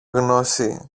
γνώση